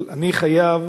אבל אני חייב